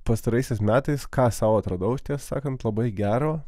pastaraisiais metais ką sau atradau aš tiesą sakant labai gero